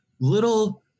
little